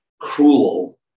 cruel